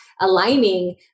aligning